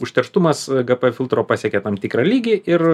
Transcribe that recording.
užterštumas gp filtro pasiekia tam tikrą lygį ir